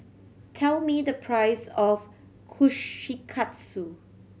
tell me the price of Kushikatsu